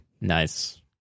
Nice